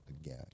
again